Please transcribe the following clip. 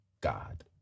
God